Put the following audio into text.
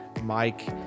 Mike